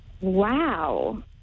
Wow